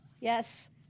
Yes